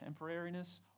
temporariness